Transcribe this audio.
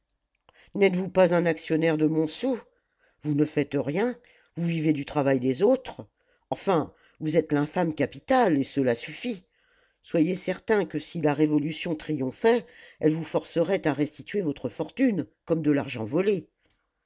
n'êtes-vous pas un actionnaire de montsou vous ne faites rien vous vivez du travail des autres enfin vous êtes l'infâme capital et cela suffit soyez certain que si la révolution triomphait elle vous forcerait à restituer votre fortune comme de l'argent volé